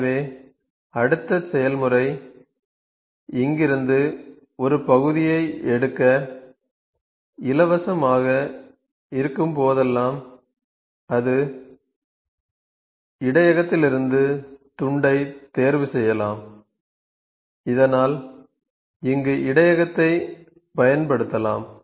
எனவே அடுத்த செயல்முறை இங்கிருந்து ஒரு பகுதியை எடுக்க இலவசமாக இருக்கும்போதெல்லாம் அது இடையகத்திலிருந்து துண்டைத் தேர்வுசெய்யலாம் இதனால் இங்கு இடையகத்தைப் பயன்படுத்தலாம்